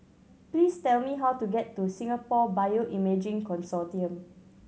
please tell me how to get to Singapore Bioimaging Consortium